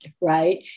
right